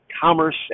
Commerce